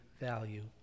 value